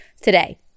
today